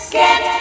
get